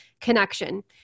connection